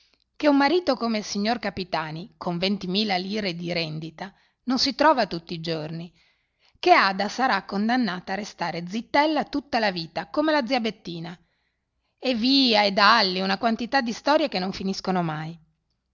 che un marito come il signor capitani con ventimila lire di rendita non si trova tutti i giorni che ada sarà condannata a restare zittella tutta la vita come la zia bettina e via e dàlli una quantità di storie che non finiscono mai